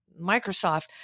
Microsoft